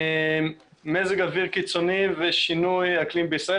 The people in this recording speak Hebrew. מזג אוויר קיצוני ושינוי אקלים בישראל,